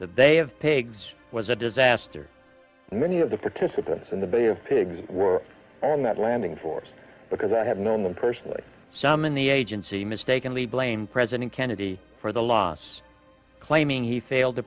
have pigs was a disaster many of the participants in the bay of pigs were on that landing force because i have known them personally some in the agency mistakenly blamed president kennedy for the loss claiming he failed to